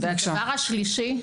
הדבר השלישי,